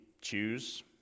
choose